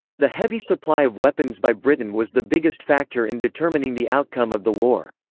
the heavy supply of weapons by britain was the biggest factor in determining the outcome of the war.